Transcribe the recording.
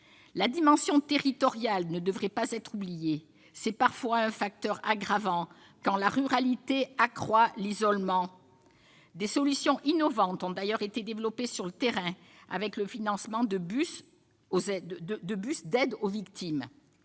La dimension territoriale ne devrait pas être oubliée : c'est parfois un facteur aggravant, quand la ruralité accroît l'isolement. Des solutions innovantes ont d'ailleurs été développées sur le terrain, avec le financement de bus d'aide aux victimes.